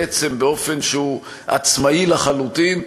בעצם, באופן עצמאי לחלוטין,